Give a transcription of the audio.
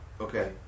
Okay